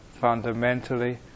fundamentally